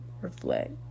reflect